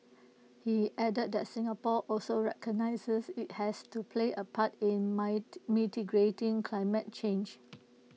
he added that Singapore also recognises IT has to play A part in mitigating climate change